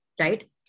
right